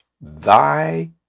Thy